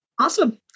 Awesome